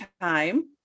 time